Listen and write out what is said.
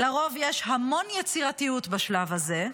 לרוב, יש המון יצירתיות בשלב הזה.